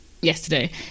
yesterday